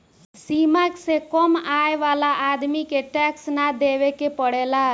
सीमा से कम आय वाला आदमी के टैक्स ना देवेके पड़ेला